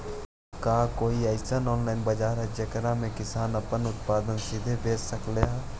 का कोई अइसन ऑनलाइन बाजार हई जेकरा में किसान अपन उत्पादन सीधे बेच सक हई?